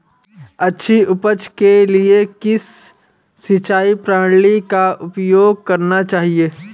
अच्छी उपज के लिए किस सिंचाई प्रणाली का उपयोग करना चाहिए?